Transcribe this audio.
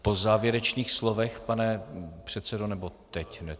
Po závěrečných slovech, pane předsedo, nebo teď hned?